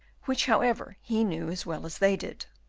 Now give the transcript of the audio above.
which however he knew as well as they did.